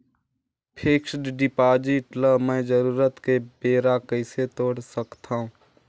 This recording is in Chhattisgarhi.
फिक्स्ड डिपॉजिट ल मैं जरूरत के बेरा कइसे तोड़ सकथव?